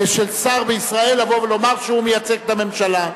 של שר בישראל לבוא ולומר שהוא מייצג את הממשלה.